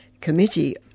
Committee